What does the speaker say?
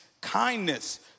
kindness